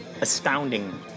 astounding